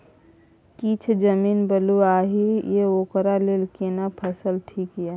किछ जमीन बलुआही ये ओकरा लेल केना फसल ठीक ये?